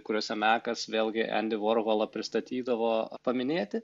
kuriuose mekas vėlgi endį vorholą pristatydavo paminėti